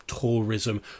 tourism